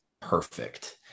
perfect